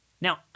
Now